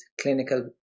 clinical